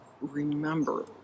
Remember